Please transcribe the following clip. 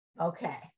Okay